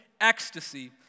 ecstasy